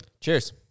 Cheers